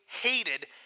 hated